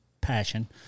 passion